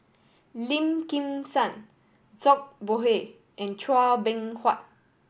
Lim Kim San Zhang Bohe and Chua Beng Huat